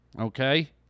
Okay